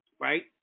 Right